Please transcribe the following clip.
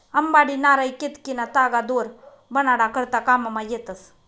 अंबाडी, नारय, केतकीना तागा दोर बनाडा करता काममा येतस